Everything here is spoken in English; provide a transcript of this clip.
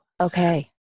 Okay